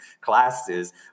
classes